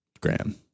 Graham